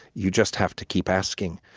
you just have to keep asking,